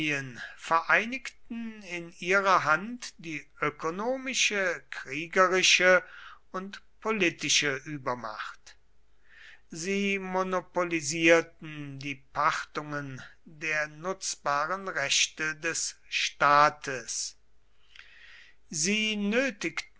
vereinigten in ihrer hand die ökonomische kriegerische und politische übermacht sie monopolisierten die pachtungen der nutzbaren rechte des staates sie